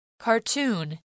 Cartoon